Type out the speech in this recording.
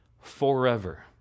forever